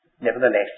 nevertheless